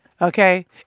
okay